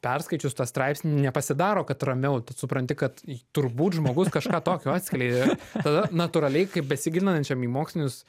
perskaičius tą straipsnį nepasidaro kad ramiau tu supranti kad turbūt žmogus kažką tokio atskleidė tada natūraliai kaip besigilinančiam į mokslinius